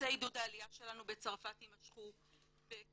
מאמצי עידוד העלייה שלנו בצרפת יימשכו בהיקף,